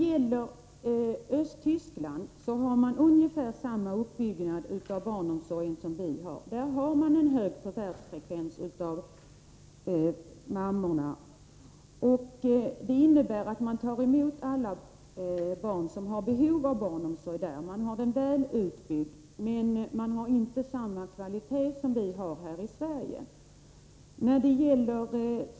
I Östtyskland har man ungefär samma uppbyggnad av barnomsorgen som vi har. Förvärvsfrekvensen bland mammorna är stor där. Det innebär att man tar emot alla barn som har behov av barnomsorg. Barnomsorgen är väl utbyggd, men kvaliteten är inte lika hög som i Sverige.